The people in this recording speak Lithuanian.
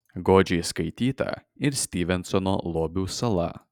godžiai skaityta ir styvensono lobių sala